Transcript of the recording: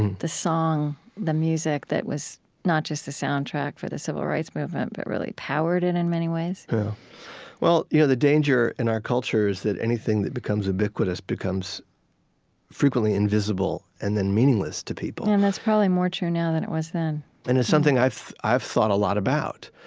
song, the music that was not just the soundtrack for the civil rights movement but really powered it in many ways well, you know the danger in our culture is that anything that becomes ubiquitous becomes frequently invisible and then meaningless to people and that's probably more true now than it was then and it's something i've i've thought a lot about.